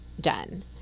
done